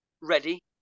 ready